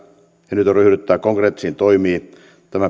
ja nyt on ryhdyttävä konkreettisiin toimiin tämän